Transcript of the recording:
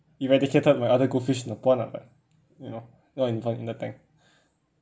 eradicated my other goldfish in the pond lah but you know not in pond in the tank